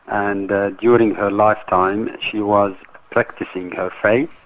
and during her lifetime she was practising her faith,